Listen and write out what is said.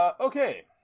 Okay